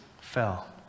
fell